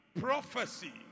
prophecy